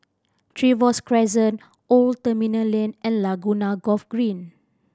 Trevose Crescent Old Terminal Lane and Laguna Golf Green